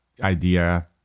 idea